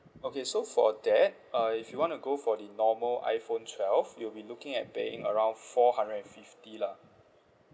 okay so for that uh if you want to go for the normal iPhone twelve you'll be looking at paying around four hundred and fifty lah